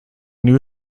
new